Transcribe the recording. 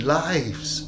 lives